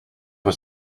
was